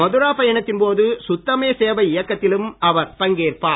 மதுரா பயணத்தின் போது சுத்தமே சேவை இயக்கத்திலும் அவர் பங்கேற்பார்